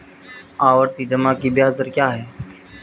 आवर्ती जमा की ब्याज दर क्या है?